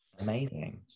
Amazing